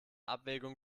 abwägung